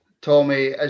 Tommy